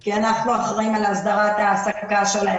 כי אנחנו אחראים על הסדרה ההעסקה שלהם